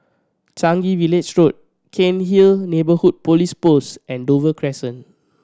Changi Village Road Cairnhill Neighbourhood Police Post and Dover Crescent